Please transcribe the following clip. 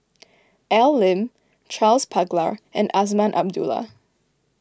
Al Lim Charles Paglar and Azman Abdullah